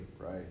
Right